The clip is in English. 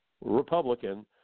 Republican